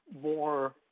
more